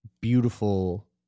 beautiful